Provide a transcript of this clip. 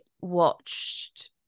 watched